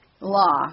law